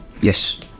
Yes